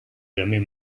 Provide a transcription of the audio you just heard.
jamais